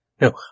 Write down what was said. no